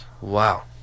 wow